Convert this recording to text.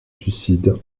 suicide